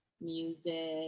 music